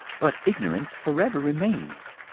but ignorance forever remains.